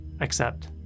accept